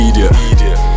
idiot